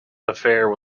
affair